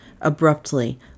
abruptly